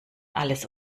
alles